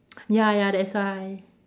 ya ya that's why